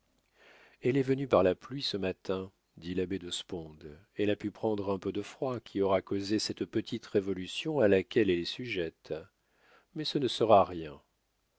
elle est venue par la pluie ce matin dit l'abbé de sponde elle a pu prendre un peu de froid qui aura causé cette petite révolution à laquelle elle est sujette mais ce ne sera rien